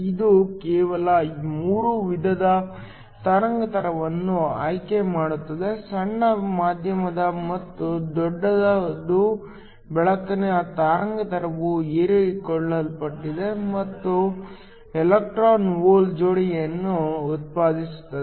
ಇದು ಕೇವಲ 3 ವಿಧದ ತರಂಗಾಂತರವನ್ನು ಆಯ್ಕೆ ಮಾಡುತ್ತದೆ ಸಣ್ಣ ಮಧ್ಯಮ ಮತ್ತು ದೊಡ್ಡದು ಬೆಳಕಿನ ತರಂಗಾಂತರವು ಹೀರಿಕೊಳ್ಳಲ್ಪಟ್ಟಾಗ ಅದು ಎಲೆಕ್ಟ್ರಾನ್ ಹೋಲ್ ಜೋಡಿಯನ್ನು ಉತ್ಪಾದಿಸುತ್ತದೆ